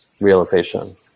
realization